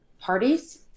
parties